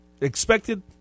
Expected